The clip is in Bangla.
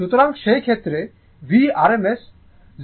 সুতরাং সেই ক্ষেত্রে Vrms ও 0707 Vm হবে